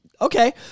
okay